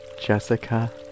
Jessica